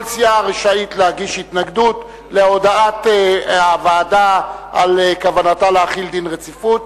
כל סיעה רשאית להגיש התנגדות להודעת הוועדה על כוונתה להחיל דין רציפות.